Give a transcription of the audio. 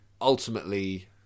ultimately